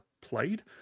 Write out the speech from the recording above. played